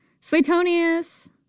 Suetonius